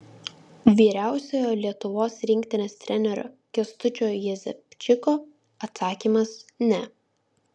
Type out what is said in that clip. vyriausiojo lietuvos rinktinės trenerio kęstučio jezepčiko atsakymas ne